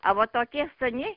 a vo tokie seni